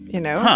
you know?